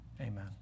Amen